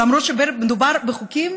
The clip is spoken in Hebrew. למרות שמדובר בחוקים,